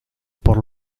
por